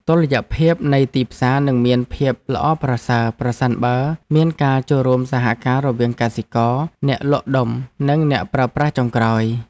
តុល្យភាពនៃទីផ្សារនឹងមានភាពល្អប្រសើរប្រសិនបើមានការចូលរួមសហការរវាងកសិករ អ្នកលក់ដុំ និងអ្នកប្រើប្រាស់ចុងក្រោយ។